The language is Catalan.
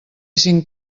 cinc